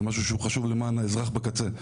זה משהו שהוא חשוב למען האזרח בקצה.